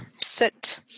sit